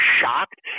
shocked